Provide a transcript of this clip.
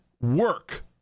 work